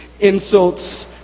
insults